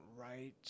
right